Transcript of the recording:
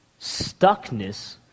stuckness